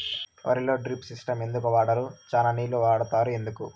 వరిలో drip system ఎందుకు వాడరు? చానా నీళ్లు వాడుతారు ఎందుకు?